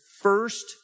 first